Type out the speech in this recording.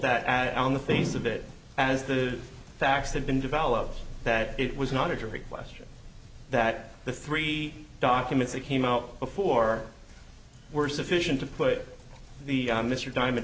that out on the face of it as the facts have been developed that it was not a jury question that the three documents that came out before were sufficient to put the mr diamond